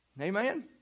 Amen